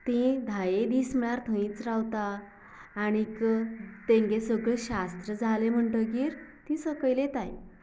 ती धाये दीस म्हणल्यार थंयच रावतां आनीक तेंगें सगळें शास्त्र जालें म्हणटगीर ती सकयल येताय